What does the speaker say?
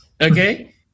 Okay